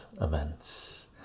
events